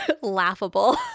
laughable